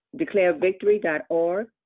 declarevictory.org